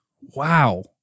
Wow